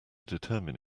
determine